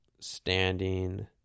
standing